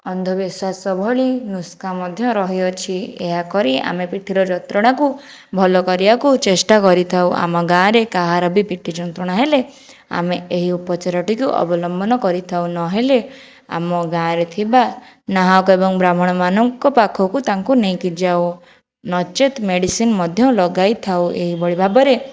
ଅନ୍ଧବିଶ୍ଵାସ ଭଳି ନୁଷ୍କା ମଧ୍ୟ ରହିଅଛି ଏହା କରି ଆମେ ପିଠିର ଯନ୍ତ୍ରଣାକୁ ଭଲ କାରିବାକୁ ଚେଷ୍ଟା କରିଥାଉ ଆମ ଗାଁରେ କାହାର ବି ପିଠି ଯନ୍ତ୍ରଣା ହେଲେ ଆମେ ଏହି ଉପଚାରଟିକୁ ଅବଲମ୍ବନ କରିଥାଉ ନହେଲେ ଆମ ଗାଁରେ ଥିବା ନାହକ ଏବଂ ବ୍ରାହ୍ମଣମାନଙ୍କ ପାଖକୁ ତାଙ୍କୁ ନେଇକି ଯାଉ ନଚେତ ମେଡ଼ିସିନ ମଧ୍ୟ ଲଗାଇଥାଉ ଏହି ଭଳି ଭାବରେ